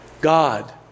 God